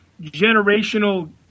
generational